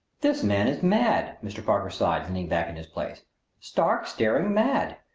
this man is mad! mr. parker sighed, leaning back in his place stark, staring mad!